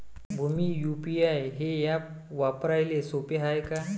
Bhim UPI हे app वापराले सोपे हाय का?